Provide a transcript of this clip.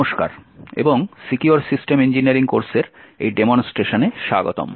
নমস্কার এবং secure system engineering কোর্সের এই ডেমনস্ট্রেশনে স্বাগতম